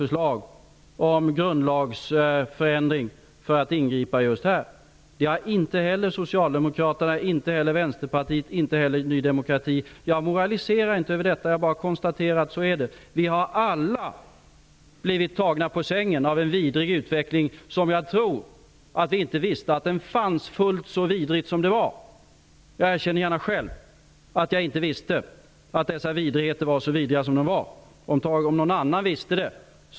Frågan om kriminalisering av innehav av barnpornografi har av socialdemokratiska ledamöter väckts i motioner, debatter, interpellationer och frågor till statsråd vid ett flertal tillfällen under 1993. Även ledamöter från andra partier har varit aktiva på området.